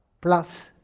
plus